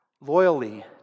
loyally